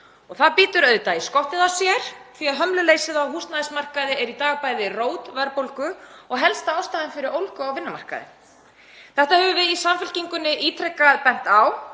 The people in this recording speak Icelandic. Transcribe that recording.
Það bítur í skottið á sér því að hömluleysi á húsnæðismarkaði er í dag bæði rót verðbólgu og helsta ástæðan fyrir ólgu á vinnumarkaði. Þetta höfum við í Samfylkingunni ítrekað bent á.